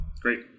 Great